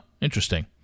interesting